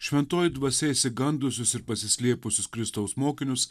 šventoji dvasia išsigandusius ir pasislėpusius kristaus mokinius